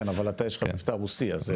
כן, אבל אתה יש לך מבטא רוסי אז...